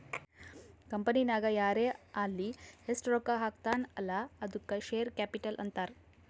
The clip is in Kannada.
ಕಂಪನಿನಾಗ್ ಯಾರೇ ಆಲ್ಲಿ ಎಸ್ಟ್ ರೊಕ್ಕಾ ಹಾಕ್ತಾನ ಅಲ್ಲಾ ಅದ್ದುಕ ಶೇರ್ ಕ್ಯಾಪಿಟಲ್ ಅಂತಾರ್